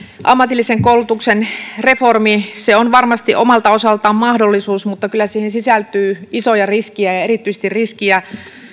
ammatillisen koulutuksen reformi on varmasti omalta osaltaan mahdollisuus mutta kyllä siihen sisältyy isoja riskejä ja erityisesti riskejä